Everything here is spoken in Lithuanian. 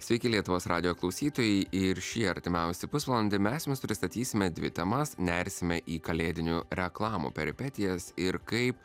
sveiki lietuvos radijo klausytojai ir šį artimiausį pusvalandį mes jums pristatysime dvi temas nersime į kalėdinių reklamų peripetijas ir kaip